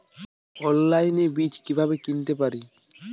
অনলাইনে বীজ কীভাবে কিনতে পারি?